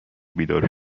بیدار